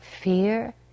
fear